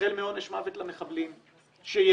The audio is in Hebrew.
החל מעונש מוות למחבלים - שיידעו.